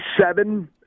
seven